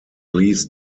least